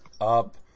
up